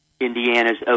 Indiana's